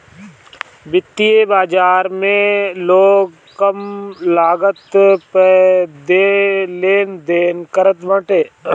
वित्तीय बाजार में लोग कम लागत पअ लेनदेन करत बाटे